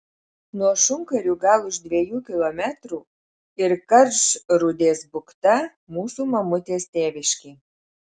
nuo šunkarių gal už dviejų kilometrų ir karčrūdės bukta mūsų mamutės tėviškė